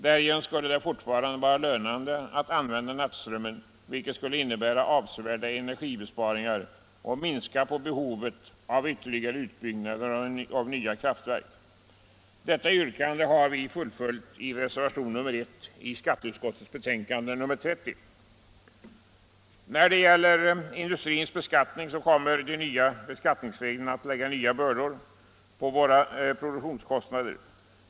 Därigenom skulle det fortfarande vara lönande att använda nattströmmen, vilket skulle innebära avsevärda energibesparingar och minska behovet av ytterligare utbyggnader av nya kraftverk. Detta yrkande har vi fullföljt i reservationen 1 i skatteutskottets betänkande nr 30. När det gäller industrins beskattning kommer de nya beskattningsreglerna att lägga nya bördor på våra produktionskostnader.